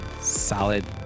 solid